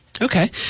Okay